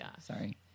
Sorry